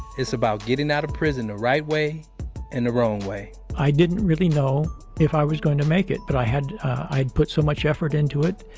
it's about getting out of prison the right way and the wrong way i didn't really know if i was going to make it, but i had i had put so much effort into it,